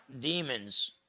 demons